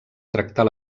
tractar